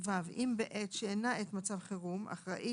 (ו)אם בעת שאינה עת מצב חירום אחראית